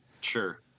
Sure